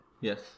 Yes